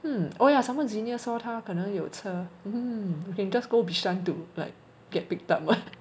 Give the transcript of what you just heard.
um oh yeah somemore xenia 说她可能有车 um we can just go bishan to like get picked up [what]